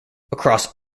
across